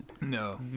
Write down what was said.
no